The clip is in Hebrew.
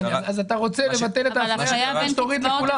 אז אתה רוצה לבטל את האפליה בזה שתוריד לכולם.